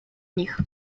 nich